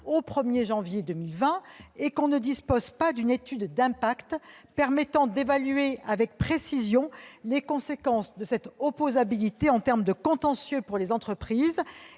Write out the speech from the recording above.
au 1 janvier 2020 et qu'on ne dispose pas d'une étude d'impact permettant d'évaluer avec précision les conséquences de cette opposabilité en termes de contentieux pour les entreprises